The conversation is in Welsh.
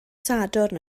sadwrn